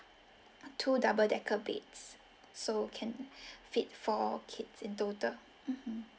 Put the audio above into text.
two double decker beds so can fit four kids in total mmhmm